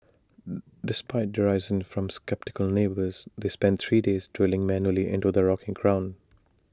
despite derision from sceptical neighbours they spent three days drilling manually into the rocky ground